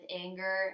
anger